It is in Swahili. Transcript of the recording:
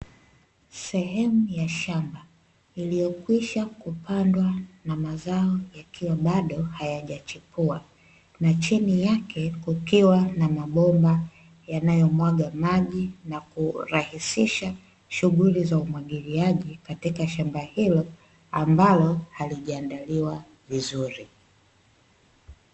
Sehemu ya shamba iliyokwisha kupandwa na mazao yakiwa bado hayajachepua. Na chini yake kukiwa na mabomba yanayomwaga maji na kurahisisha shughuli za umwagiliaji katika shamba hilo ambalo halijaandaliwa vizuri.